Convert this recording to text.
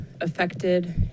affected